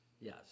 Yes